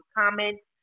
comments